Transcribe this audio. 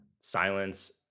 silence